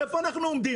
איפה אנחנו עומדים?